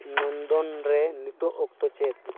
ᱱᱚᱱᱫᱚᱱ ᱨᱮ ᱱᱤᱛᱚᱜ ᱚᱠᱛᱚ ᱪᱮᱫ